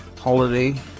holiday